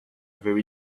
very